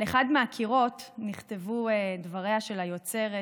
על אחד מהקירות נכתבו דבריה של היוצרת